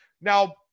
Now